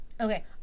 Okay